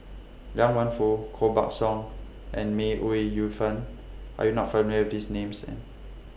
Liang Wenfu Koh Buck Song and May Ooi Yu Fen Are YOU not familiar with These Names